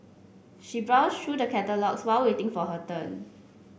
she browsed through the catalogues while waiting for her turn